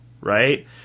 right